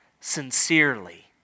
sincerely